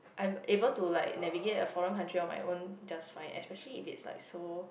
I'm able to like navigate in a foreign country just fine especially if it's like so